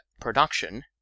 production